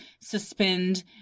suspend